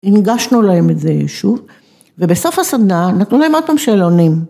‫הנגשנו להם את זה שוב, ‫ובסוף הסדנה נתנו להם עוד פעם שאלונים.